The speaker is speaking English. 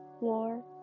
war